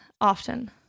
often